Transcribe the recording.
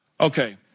Okay